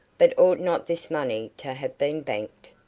but ought not this money to have been banked?